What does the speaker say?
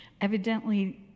evidently